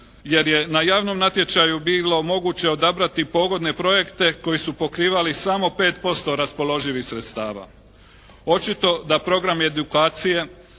jer je na javnom natječaju bilo moguće odabrati pogodne projekte koji su pokrivali samo 5% raspoloživih sredstava. Očito da program i edukacije